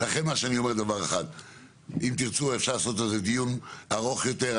אם תרצו אפשר לעשות על זה דיון ארוך יותר,